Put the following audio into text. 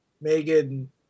megan